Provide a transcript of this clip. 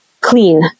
clean